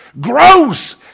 gross